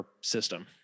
system